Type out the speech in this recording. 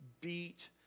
beat